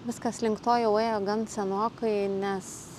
viskas link to jau ėjo gan senokai nes